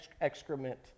excrement